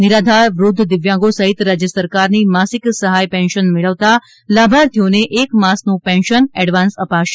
નિરાધાર વૃધ્ધ દિવ્યાંગો સહિત રાજ્ય સરકારની માસિક સહાય પેન્શન મેળવતા લાભાર્થીઓને એક માસનું પેન્શન એડવાન્સ અપાશે